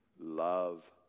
love